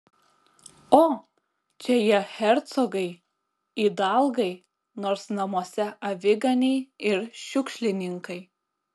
o čia jie hercogai idalgai nors namuose aviganiai ir šiukšlininkai